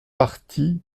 partie